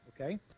Okay